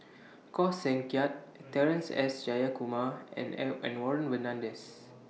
Koh Seng Kiat Terence S Jayakumar and and Warren Fernandez